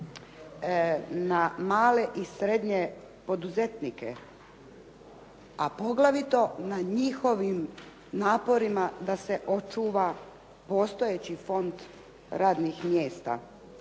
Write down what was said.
na male i srednje poduzetnike, a poglavito na njihovim naporima da se očuva postojeći fond radnih mjesta,